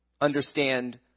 understand